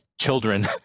children